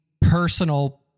personal